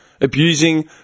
abusing